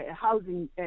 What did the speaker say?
housing